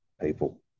people